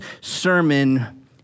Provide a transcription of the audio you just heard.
sermon